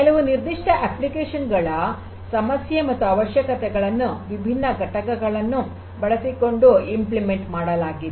ಕೆಲವು ನಿರ್ದಿಷ್ಟ ಅಪ್ಲಿಕೇಶನ್ಗಳ ಸಮಸ್ಯೆ ಮತ್ತು ಅವಶ್ಯಕತೆಗಳನ್ನು ವಿಭಿನ್ನ ಘಟಕಗಳನ್ನು ಬಳಸಿಕೊಂಡು ಅನುಷ್ಠಾನ ಮಾಡಲಾಗಿದೆ